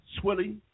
Swilly